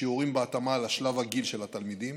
שיעורים בהתאמה לשלב הגיל של התלמידים,